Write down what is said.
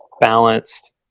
balanced